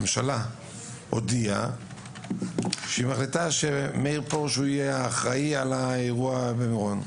הממשלה הודיעה שהיא מחליטה שמאיר פרוש יהיה אחראי על האירוע במירון.